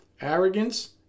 Arrogance